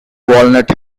walnut